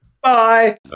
Bye